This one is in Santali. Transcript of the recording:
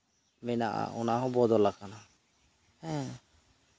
ᱢᱮᱱᱟᱜᱼᱟ ᱚᱱᱟᱦᱚᱸ ᱵᱚᱫᱚᱞ ᱟᱠᱟᱱᱟ